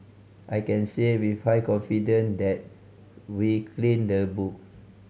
I can say with high confidence that we've cleaned the book